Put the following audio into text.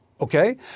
Okay